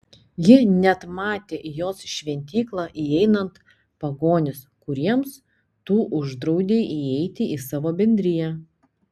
ji net matė į jos šventyklą įeinant pagonis kuriems tu uždraudei įeiti į savo bendriją